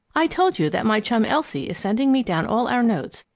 i told you that my chum elsie is sending me down all our notes,